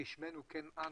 כשמנו כן אנו,